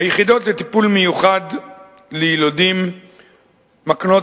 היחידות לטיפול המיוחד ליילודים מקנות